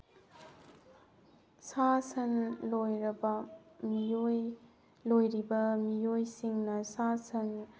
ꯁꯥ ꯁꯟ ꯂꯣꯏꯔꯕ ꯃꯤꯑꯣꯏ ꯂꯣꯏꯔꯤꯕ ꯃꯤꯑꯣꯏꯁꯤꯡꯅ ꯁꯥ ꯁꯟ